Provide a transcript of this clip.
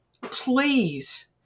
please